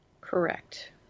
Correct